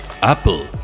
Apple